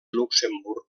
luxemburg